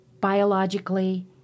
biologically